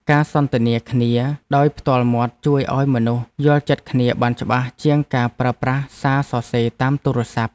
ការសន្ទនាគ្នាដោយផ្ទាល់មាត់ជួយឱ្យមនុស្សយល់ចិត្តគ្នាបានច្បាស់ជាងការប្រើប្រាស់សារសរសេរតាមទូរស័ព្ទ។